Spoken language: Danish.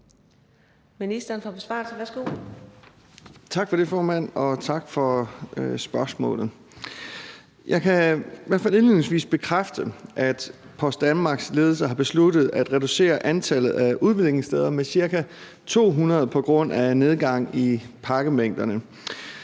Danielsen): Tak for det, formand, og tak for spørgsmålet. Jeg kan i hvert fald indledningsvis bekræfte, at Post Danmarks ledelse har besluttet at reducere antallet af udleveringssteder med ca. 200 på grund af nedgang i pakkemængderne.